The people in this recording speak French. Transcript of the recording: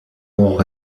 long